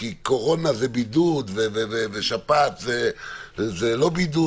כי קורונה זה בידוד ושפעת זה לא בידוד,